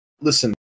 Listen